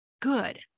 good